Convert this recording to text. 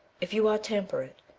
if you are temperate,